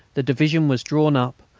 the division was drawn up,